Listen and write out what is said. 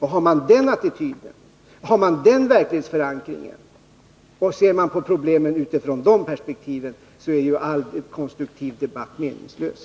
Har man den attityden och den verklighetsförankringen och ser man på problemen i det perspektivet, är en konstruktiv debatt meningslös.